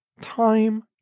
time